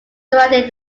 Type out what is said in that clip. surrounding